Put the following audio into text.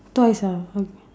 twice ah okay